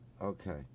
Okay